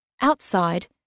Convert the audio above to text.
Outside